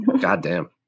Goddamn